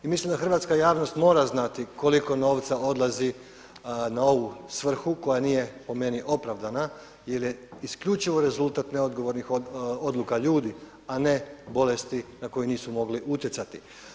I mislim da hrvatska javnost mora znati koliko novca odlazi na ovu svrhu koja nije po meni opravdana jer je isključivo rezultat neodgovornih odluka ljudi, a ne bolesti na koje nisu mogli utjecati.